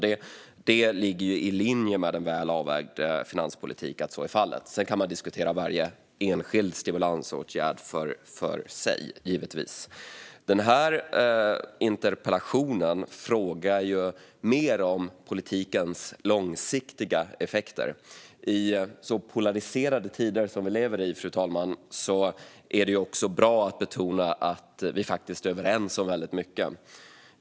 Det ligger i linje med en väl avvägd finanspolitik att så är fallet. Sedan kan man givetvis diskutera varje enskild stimulansåtgärd för sig. I interpellationen frågas mer om politikens långsiktiga effekter. I så polariserade tider som vi lever i, fru talman, är det bra att betona att vi faktiskt är överens om väldigt mycket.